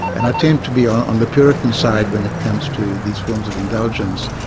and i tend to be on the puritan side when it comes to these forms of indulgence.